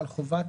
על חובת